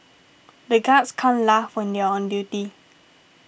the guards can't laugh when they are on duty